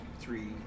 three